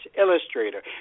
illustrator